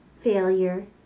failure